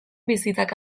bizitzak